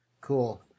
Cool